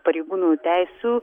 pareigūnų teisių